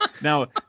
Now